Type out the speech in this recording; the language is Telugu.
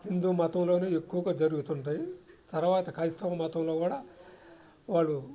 హిందూ మతంలోనే ఎక్కువగా జరుగుతుంటాయి తర్వాత క్రైస్తవ మతంలో కూడా వారు